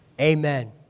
Amen